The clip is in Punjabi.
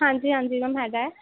ਹਾਂਜੀ ਹਾਂਜੀ ਮੈਮ ਹੈਗਾ ਹੈ